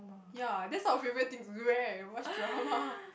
ya that's not a favorite thing to do right watch drama